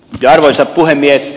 arvoisa puhemies